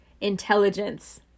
intelligence